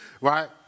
right